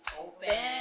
open